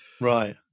Right